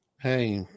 Hey